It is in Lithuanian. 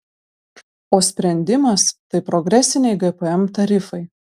o sprendimas tai progresiniai gpm tarifai